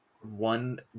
one